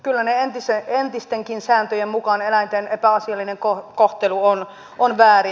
kyllä niiden entistenkin sääntöjen mukaan eläinten epäasiallinen kohtelu on väärin